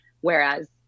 Whereas